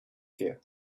fear